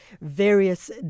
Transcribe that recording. various